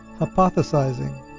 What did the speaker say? hypothesizing